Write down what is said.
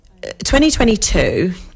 2022